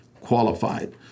qualified